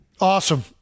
Awesome